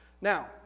Now